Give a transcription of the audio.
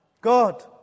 God